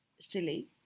silly